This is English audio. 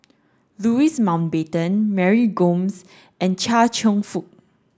Louis Mountbatten Mary Gomes and Chia Cheong Fook